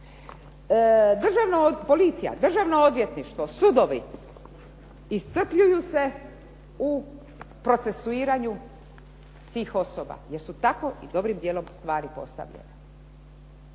policija, Državno odvjetništvo, sudovi iscrpljuju se u procesuiranju tih osoba jer su tako dobrim dijelom stvari postavljene.